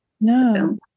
No